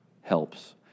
helps